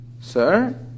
Sir